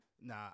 Nah